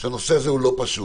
שהנושא הזה הוא לא פשוט.